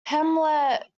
helmet